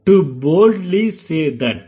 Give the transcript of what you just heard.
to boldly say that